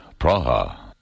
Praha